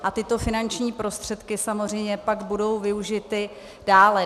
A tyto finanční prostředky samozřejmě pak budou využity dále.